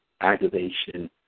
aggravation